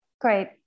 Great